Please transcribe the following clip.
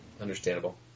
Understandable